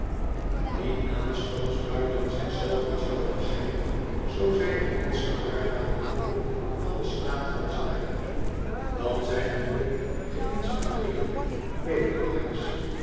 die aanstonds buiten zich zelven zouden zijn zoo zij denminsten argwaan hadden van den staat van zaken dan zijn er ook geïnspireerde bedelaars